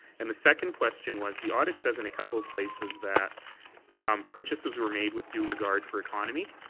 and the second question was the audit says in a couple of places that purchases were made with due regard for economy.